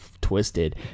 twisted